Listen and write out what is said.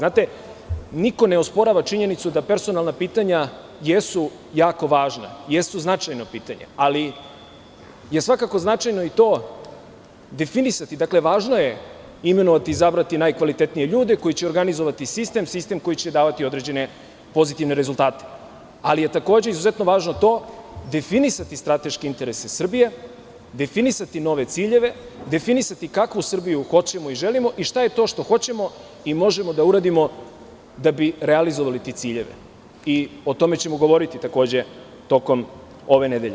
Niko ne osporava činjenicu da personalna pitanja jesu jako važna i jesu značajna pitanja, ali je svakako značajno i to definisati, važno je imenovati i izabrati najkvalitetnije ljude koji će organizovati sistem, sistem koji će davati određene rezultate, ali je važno to, definisati strateške interese Srbije, definisati nove ciljeve, definisati kakvu Srbiju hoćemo i želimo i šta je to što hoćemo i možemo da uradimo da bi realizovali te ciljeve i o tome ćemo govoriti tokom ove nedelje.